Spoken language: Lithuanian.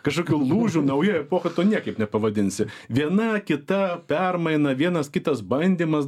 kažkokių lūžių nauja epocha niekaip nepavadinsi viena kita permaina vienas kitas bandymas